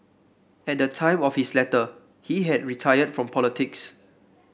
at the time of his letter he had retired from politics